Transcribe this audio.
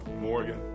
Morgan